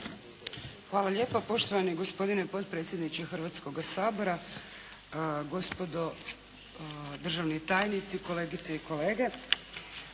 Hvala lijepo. Poštovani gospodine potpredsjedniče Hrvatskoga sabora, gospodo državni tajnici, kolegice i kolege.